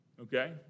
okay